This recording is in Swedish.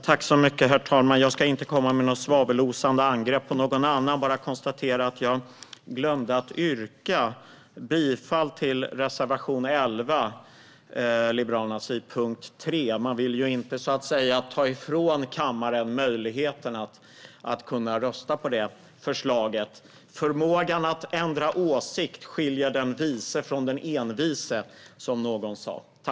Herr talman! Jag ska inte komma med något svavelosande angrepp på någon annan utan bara konstatera att jag glömde att yrka bifall till Liberalernas reservation 11 under punkt 3. Jag gör det i stället nu, för man vill ju inte ta ifrån kammaren möjligheten att rösta på detta förslag. Förmågan att ändra åsikt skiljer den vise från den envise, som någon sa.